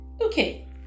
Okay